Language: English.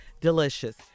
Delicious